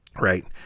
right